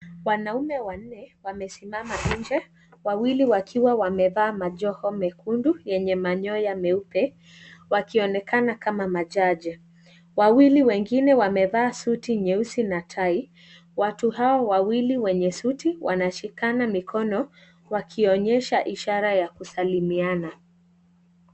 Wanaume wanne wamesimama nje, wawili wakiwa wamevaa majoho mwekundu, yenye manyoya meupe, wakionekana kama majaji. Wawili wengine wamevaa suti na tie watu hao wawili wenye suti wanashikana mkono wakionyesha ishara ya kusalimiana.